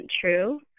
true